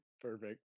Perfect